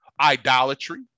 idolatry